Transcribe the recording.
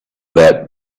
that